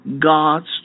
God's